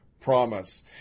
promise